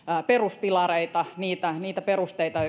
peruspilareita niitä niitä perusteita